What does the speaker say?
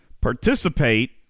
participate –